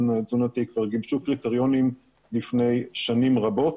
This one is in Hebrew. תזונתי כבר גיבשו קריטריונים לפני שנים רבות.